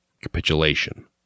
capitulation